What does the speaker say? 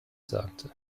sagte